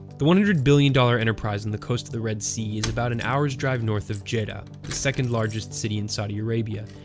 the one hundred billion dollars enterprise on the coast of the red sea is about an hour's drive north of jeddah, the second-largest city in saudi arabia,